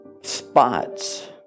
spots